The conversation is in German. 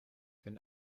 wenn